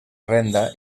renda